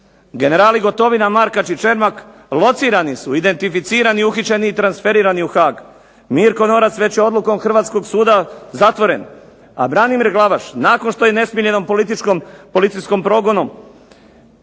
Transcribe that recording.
Generali Gotovina, Markač i Čermak locirani su, identificirani, uhićeni i transferirani u Haag. Mirko Norac već je odlukom Hrvatskog suda zatvoren, a Branimir Glavaš nakon što je nesmiljenom političkim